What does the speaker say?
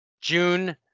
june